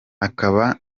akaba